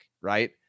right